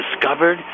discovered